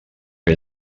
que